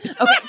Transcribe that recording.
okay